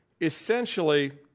essentially